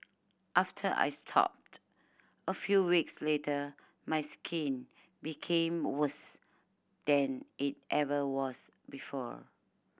after I stopped a few weeks later my skin became worse than it ever was before